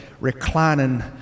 reclining